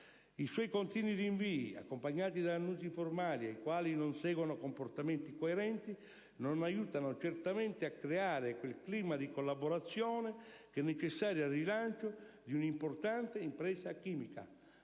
I suoi continui rinvii, accompagnati da annunzi formali ai quali non seguono comportamenti concreti, non aiutano certamente a creare quel clima di collaborazione che è necessario al rilancio di un'importante impresa chimica.